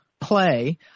play